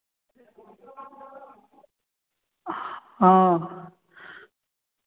हाँ